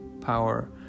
power